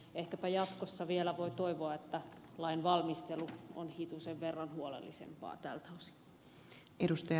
ehkäpä jatkossa vielä voi toivoa että lain valmistelu on hitusen verran huolellisempaa tältä osin